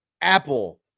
Apple